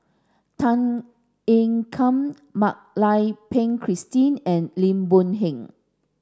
Tan Ean Kiam Mak Lai Peng Christine and Lim Boon Heng